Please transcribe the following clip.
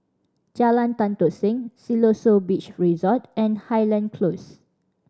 Jalan Tan Tock Seng Siloso Beach Resort and Highland Close